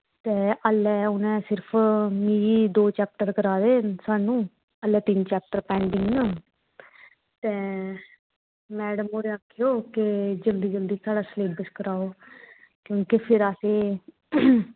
ते ऐल्लै उ'नें सिर्फ मिगी दौ चैप्टर कराए दे न सानूं ते तिन्न चैप्टर पैंडिंग न ते मैडम होरें गी आक्खेओ कि जल्दी जल्दी साढ़ा सिलेब्स कराओ ते फिर असें